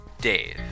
Dave